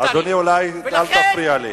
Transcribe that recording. אדוני, אולי אל תפריע לי.